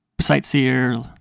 sightseer